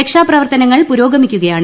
രക്ഷാപ്രവർത്തനങ്ങൾ പുരോഗമിക്കുകയാണ്